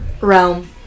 Realm